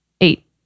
eight